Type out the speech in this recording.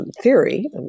theory